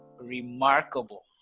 remarkable